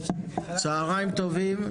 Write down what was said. צוהריים טובים.